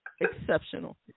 exceptional